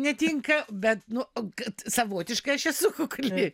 netinka bet nu kad savotiškai aš esu kukli